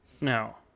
No